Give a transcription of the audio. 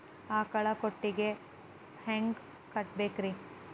ಆಕಳ ಕೊಟ್ಟಿಗಿ ಹ್ಯಾಂಗ್ ಕಟ್ಟಬೇಕ್ರಿ?